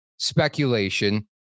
speculation